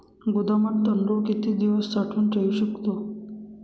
गोदामात तांदूळ किती दिवस साठवून ठेवू शकतो?